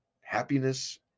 happiness